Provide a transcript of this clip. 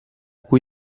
cui